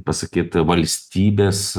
pasakyt valstybės